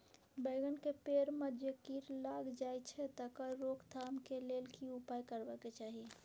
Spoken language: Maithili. बैंगन के पेड़ म जे कीट लग जाय छै तकर रोक थाम के लेल की उपाय करबा के चाही?